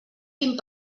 vint